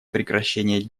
прекращение